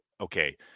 okay